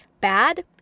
bad